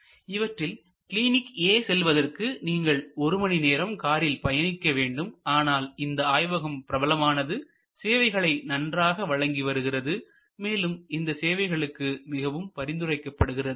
இவற்றில் clinic A செல்வதற்கு நீங்கள் ஒரு மணி நேரம் காரில் பயணிக்க வேண்டும் ஆனால் இந்த ஆய்வகம் பிரபலமானது சேவைகளை நன்றாக வழங்கி வருகிறது மேலும் இந்த சேவைகளுக்கு மிகவும் பரிந்துரைக்கப்படுகிறது